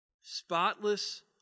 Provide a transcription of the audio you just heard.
spotless